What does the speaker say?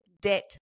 debt